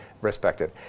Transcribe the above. respected